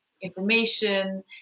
information